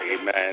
Amen